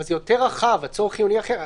אבל זה יותר רחב לצורך חיוני אחר.